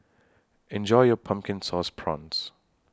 Enjoy your Pumpkin Sauce Prawns